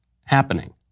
happening